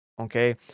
Okay